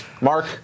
Mark